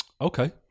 Okay